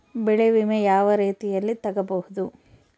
ಬೆಳೆ ವಿಮೆ ಯಾವ ರೇತಿಯಲ್ಲಿ ತಗಬಹುದು?